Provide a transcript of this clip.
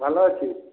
ଭଲ ଅଛି